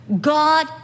God